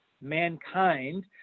mankind